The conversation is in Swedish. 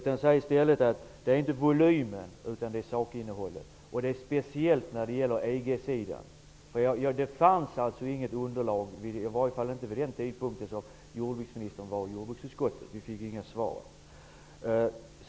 Jag vill i stället säga att det inte handlar om volymen, utan om sakinnehållet, speciellt när det gäller EG. Det fanns alltså inget underlag, i varje fall inte vid den tidpunkt då jordbruksministern var i jordbruksutskottet -- vi fick inga svar.